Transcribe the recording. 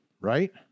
right